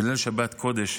בליל שבת קודש,